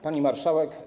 Pani Marszałek!